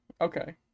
Okay